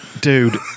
dude